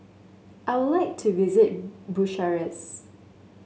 I would like to visit Bucharest